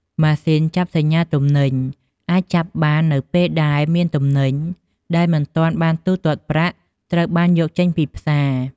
ម៉ាស៊ីនចាប់សញ្ញាទំនិញអាចចាប់បាននៅពេលដែលមានទំនិញដែលមិនទាន់បានទូទាត់ប្រាក់ ត្រូវបានយកចេញពីផ្សារ។